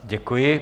Děkuji.